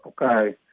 okay